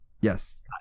Yes